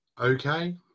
Okay